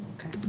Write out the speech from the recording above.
Okay